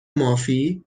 مافی